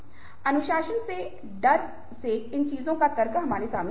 अनुशासन के डर से इन चीजों का तर्क हमारे सामने आ गया है